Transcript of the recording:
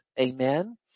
Amen